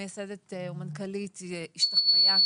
מייסדת ומנכ"לית השתחוויה,